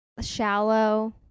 shallow